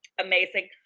Amazing